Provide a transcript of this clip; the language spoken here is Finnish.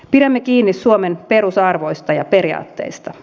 pidämme kiinni suomen perusarvoista ja periaatteista